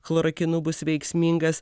chlorokinu bus veiksmingas